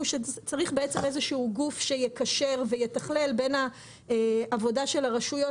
הוא שצריך גוף שיקשר ויתכלל בין העבודה של הרשויות